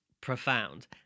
profound